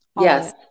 Yes